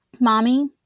mommy